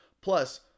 Plus